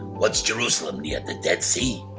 what's jerusalem near, the dead sea?